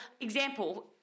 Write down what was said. example